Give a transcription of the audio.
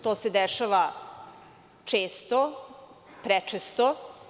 To se dešava često, prečesto.